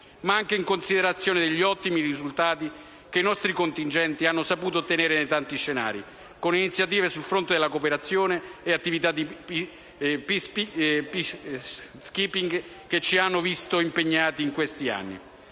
ma anche in considerazione degli ottimi risultati che i nostri contingenti hanno saputo ottenere nei tanti scenari, con iniziative sul fronte della cooperazione e attività di *peacekeeping* che ci hanno visto impegnati in questi anni.